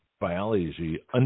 biology